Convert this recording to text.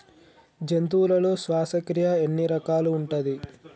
జంతువులలో శ్వాసక్రియ ఎన్ని రకాలు ఉంటది?